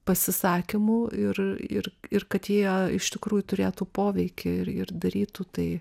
pasisakymų ir ir ir kad jie iš tikrųjų turėtų poveikį ir ir darytų tai